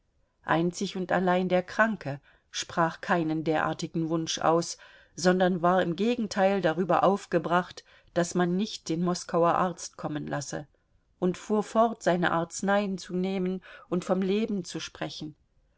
einzig und allein der kranke sprach keinen derartigen wunsch aus sondern war im gegenteil darüber aufgebracht daß man nicht den moskauer arzt kommen lasse und fuhr fort seine arzneien zu nehmen und vom leben zu sprechen